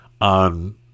on